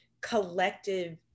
collective